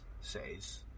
says